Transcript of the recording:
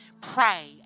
pray